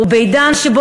ובעידן שבו,